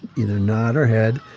you know, nod her head,